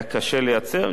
היה קשה לייצר,